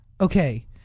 okay